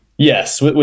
Yes